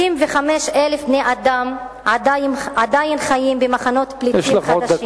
35,000 בני-אדם עדיין חיים במחנות פליטים חדשים.